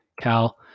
Cal